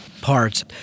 parts